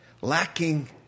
lacking